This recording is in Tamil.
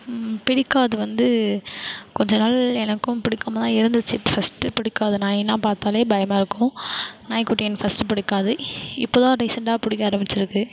பிடிக்காது வந்து கொஞ்ச நாள் எனக்கும் பிடிக்காமதான் இருந்துச்சு ஃபர்ஸ்ட்டு பிடிக்காது நாயினால் பார்த்தாலே பயமாயிருக்கும் நாய்க்குட்டியை எனக்கு ஃபர்ஸ்ட்டு பிடிக்காது இப்போதான் ரீசென்ட்டாக பிடிக்க ஆரம்பிச்சிருக்கு